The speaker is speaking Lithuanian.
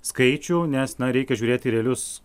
skaičių nes na reikia žiūrėti į realius